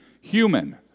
human